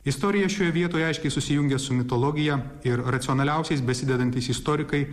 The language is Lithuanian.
istorija šioje vietoje aiškiai susijungia su mitologija ir racionaliausiais besidedantys istorikai